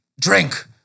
drink